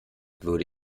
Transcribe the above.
würde